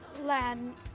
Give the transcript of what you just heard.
land